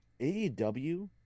aew